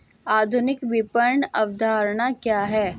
आधुनिक विपणन अवधारणा क्या है?